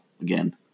again